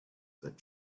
that